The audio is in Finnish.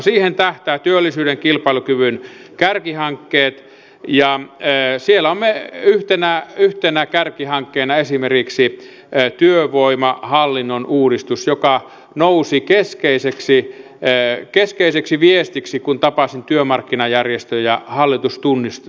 siihen tähtäävät työllisyyden kilpailukyvyn kärkihankkeet ja siellä on yhtenä kärkihankkeena esimerkiksi työvoimahallinnon uudistus joka nousi keskeiseksi viestiksi kun tapasin työmarkkinajärjestöjä hallitustunnusteluvaiheessa